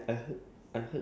confirm